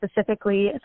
specifically